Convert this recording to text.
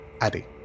Addy